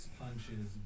punches